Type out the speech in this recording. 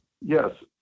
yes